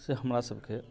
से हमरा सबके